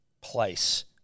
place